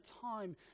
time